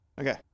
Okay